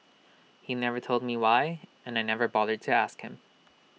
he never told me why and I never bothered to ask him